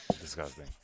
Disgusting